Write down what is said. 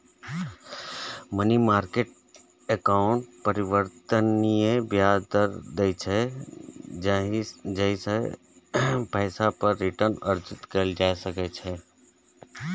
money market account परिवर्तनीय ब्याज दर दै छै, जाहि सं पैसा पर रिटर्न अर्जित कैल जा सकै छै